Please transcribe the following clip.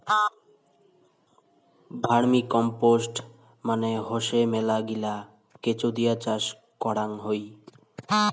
vermicompost মানে হসে মেলাগিলা কেঁচো দিয়ে চাষ করাং হই